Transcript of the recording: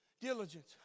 Diligence